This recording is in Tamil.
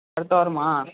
அடுத்த வாரமா